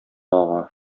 ага